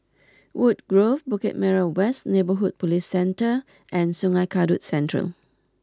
Woodgrove Bukit Merah West Neighbourhood Police Centre and Sungei Kadut Central